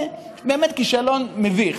זה באמת כישלון מביך.